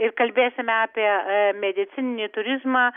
ir kalbėsime apie medicininį turizmą